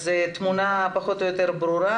התמונה פחות או יותר ברורה.